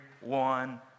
one